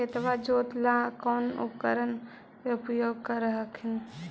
खेतबा जोते ला कौन उपकरण के उपयोग कर हखिन?